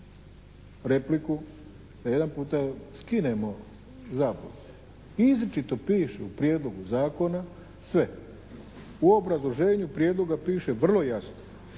repliku da jedanputa skinemo zabludu. Izričito piše u Prijedlogu zakona sve. U obrazloženju prijedloga piše vrlo jasno: